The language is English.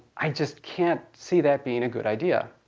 i just can't see that being a good idea.